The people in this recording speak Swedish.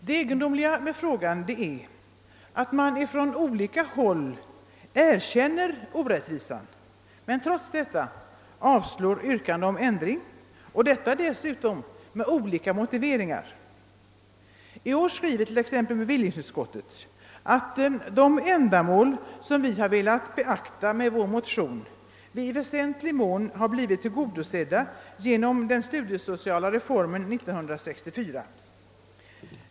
Det egendomliga är, att man från olika håll erkänner orättvisan, men att man trots detta avslår yrkanden om ändring, och detta dessutom med skilda motiveringar. I år skriver bevillningsutskottet t.ex., att de ändamål vi velat beakta med vår motion i väsentlig mån blivit tillgodosedda genom den studiesociala reformen år 1964.